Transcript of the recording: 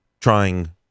trying